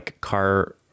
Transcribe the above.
car